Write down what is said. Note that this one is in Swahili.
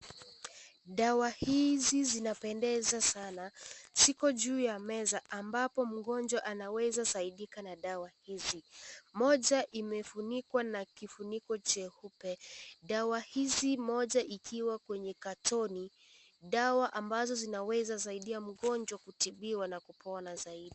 Dawa hizi zinapendeza sana, ziko juu ya meza ambapo mgonjwa anaweza saidika na dawa hizi, moja imefunikwa na kifuniko cheupe, dawa hizi moja ikiwa kwenye katoni, dawa ambazo zinaweza saidia mgonjwa kutibiwa na kupona zaidi.